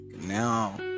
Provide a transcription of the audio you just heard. now